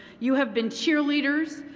you have been cheerleaders,